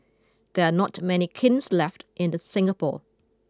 there are not many kilns left in the Singapore